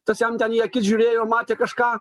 tas jam ten į akis žiūrėjo matė kažką